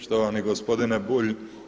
Štovani gospodine Bulj.